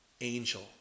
angel